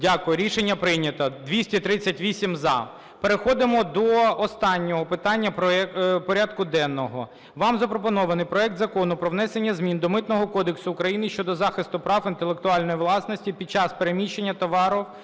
Дякую. Рішення прийнято. 238 – за. Переходимо до останнього питання порядку денного. Вам запропонований проект Закону про внесення змін до Митного кодексу України щодо захисту прав інтелектуальної власності під час переміщення товарів